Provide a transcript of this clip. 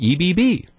EBB